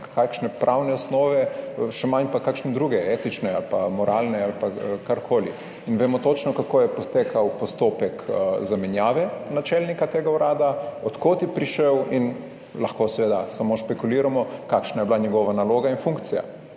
kakšne pravne osnove, še manj pa kakšne druge etične ali pa moralne ali pa karkoli in vemo točno, kako je potekal postopek zamenjave načelnika tega urada, od kod je prišel in lahko seveda samo špekuliramo kakšna je bila njegova naloga in funkcija.